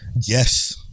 Yes